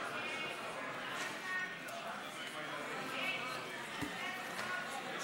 ההצעה להעביר לוועדה את הצעת חוק הפיקוח על